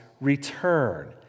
return